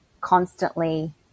constantly